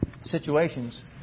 situations